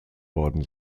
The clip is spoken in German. worden